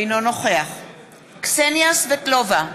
אינו נוכח קסניה סבטלובה,